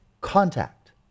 contact